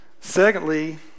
Secondly